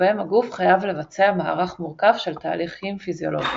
שבהם הגוף חייב לבצע מערך מורכב של תהליכים פיזיולוגיים.